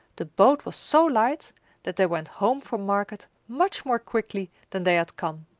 the boat was so light that they went home from market much more quickly than they had come,